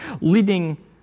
leading